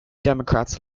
democrats